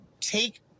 Take